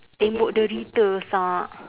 tembok derita sak